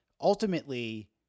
Ultimately